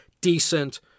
decent